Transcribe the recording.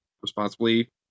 responsibly